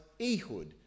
Ehud